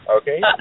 okay